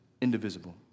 indivisible